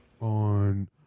on